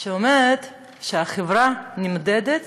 שאומרת שהחברה נמדדת